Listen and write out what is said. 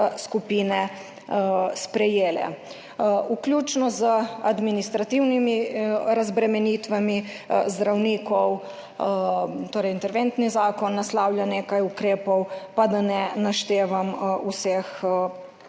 skupine sprejele, vključno z administrativnimi razbremenitvami zdravnikov, torej interventni zakon naslavlja nekaj ukrepov, da ne naštevam vseh